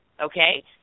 Okay